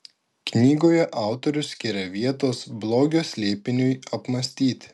knygoje autorius skiria vietos blogio slėpiniui apmąstyti